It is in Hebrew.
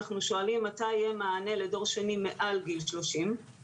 אנחנו שואלים מתי יהיה מענה לדור שני מעל גיל 30?